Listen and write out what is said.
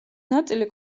ნაწილი